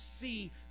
see